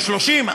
יהיו לו 30?